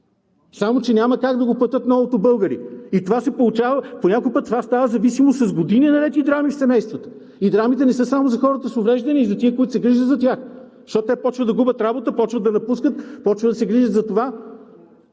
само че няма как да го платят многото българи, и по някой път това става зависимост с години наред и драми в семействата. Драмите не само за хората с увреждания, а и за тези, които се грижат за тях, защото те започват да губят работа, започват да напускат, започват да се грижат затова.